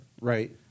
right